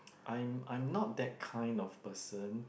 I'm I'm not that kind of person